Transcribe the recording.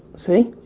see?